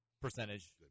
percentage